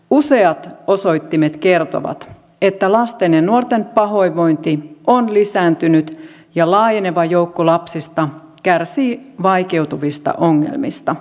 useat osoittimet kertovat että lasten ja nuorten pahoinvointi on lisääntynyt ja laajeneva joukko lapsista kärsii vaikeutuvista ongelmista